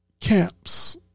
Camps